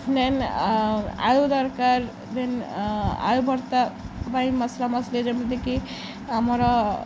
ଦେନ୍ ଆଳୁ ଦରକାର ଦେନ୍ ଆଳୁ ଭର୍ତ୍ତା ପାଇଁ ମସଲା ମସଲି ଯେମିତିକି ଆମର